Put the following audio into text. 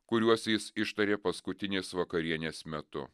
kuriuos jis ištarė paskutinės vakarienės metu